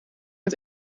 het